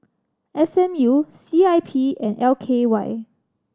S M U C I P and L K Y